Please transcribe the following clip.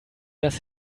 dass